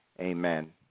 Amen